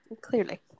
Clearly